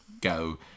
go